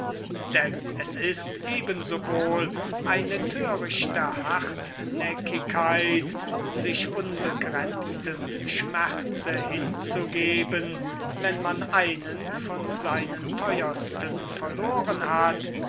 denn es ist ebensowohl eine thörichte hartnäckigkeit sich unbegrenztem schmerze hinzugeben wenn man einen von seinen theuersten verloren hat